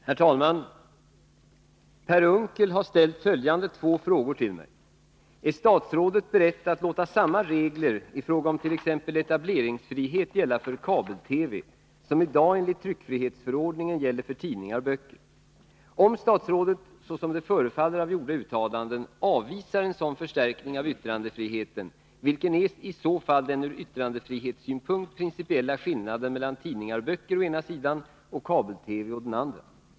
Herr talman! Per Unckel har ställt följande två frågor till mig: Är statsrådet beredd att låta samma regler i fråga om t.ex. etableringsfrihet gälla för kabel-TV som i dag enligt tryckfrihetsförordningen gäller för tidningar och böcker? Om statsrådet, såsom det förefaller av gjorda uttalanden, avvisar en sådan förstärkning av yttrandefriheten; vilken är i så fall den ur yttrandefrihetssynpunkt principiella skillnaden mellan tidningar och böcker å ena sidan och kabel-TV å den andra?